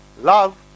Love